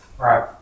right